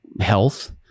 health